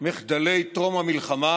מחדלי טרום-המלחמה